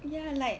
ya like